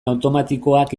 automatikoak